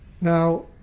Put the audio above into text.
Now